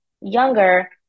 younger